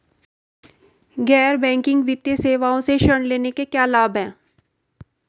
गैर बैंकिंग वित्तीय सेवाओं से ऋण लेने के क्या लाभ हैं?